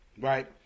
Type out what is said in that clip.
right